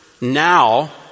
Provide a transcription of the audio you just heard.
now